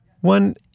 One